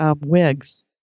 wigs